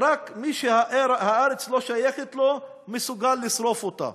ש"רק מי שהארץ לא שייכת לו מסוגל לשרוף אותה".